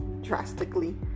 drastically